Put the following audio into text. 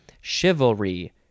Chivalry